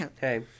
Hey